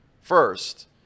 first